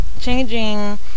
changing